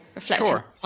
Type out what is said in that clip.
Sure